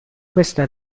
questa